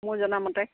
মোৰ জনামতে